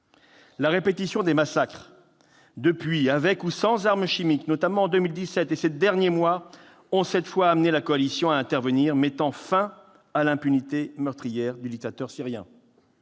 La répétition des massacres depuis lors, avec ou sans armes chimiques, notamment en 2017 et ces derniers mois, ont cette fois amené la coalition à intervenir, mettant fin à l'impunité meurtrière du dictateur syrien.